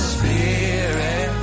Spirit